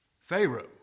Pharaoh